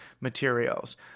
materials